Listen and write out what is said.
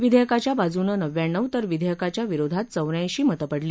विधेयकाच्या बाजूनं नव्व्याण्णव तर विधेयकाच्या विरोधात चौऱ्याऐशी मतं पडली